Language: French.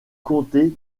comté